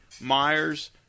Myers